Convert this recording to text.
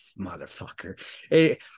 motherfucker